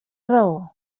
raó